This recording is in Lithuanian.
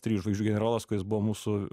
trijų žvaigždžių generolas kuris buvo mūsų